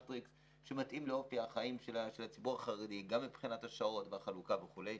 שמתאימים לאופי החיים של הציבור החרדי גם מבחינת השעות והחלוקה וכו'.